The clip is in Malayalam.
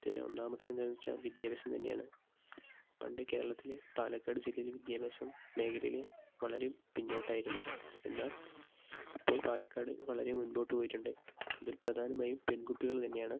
ഇതിലൊന്നാമത്തേത് എന്തെന്ന് വെച്ചാൽ വിദ്യാഭ്യാസം തന്നെയാണ് പണ്ട് കേരളത്തിൽ പാലക്കാട് ജില്ലയിൽ വിദ്യാഭ്യാസം മേഘലയിൽ വളരെ പിന്നോട്ടായിരുന്നു എന്നാൽ ഇപ്പോൾ പാലക്കാട് വളരെ മുൻപോട്ട് പോയിട്ടുണ്ട് അതിൽ പ്രധാനമായും പെൺകുട്ടികൾ തന്നെയാണ്